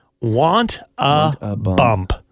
Want-a-Bump